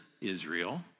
Israel